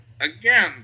again